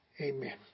amen